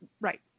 Right